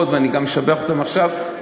ואני גם משבח אותם עכשיו,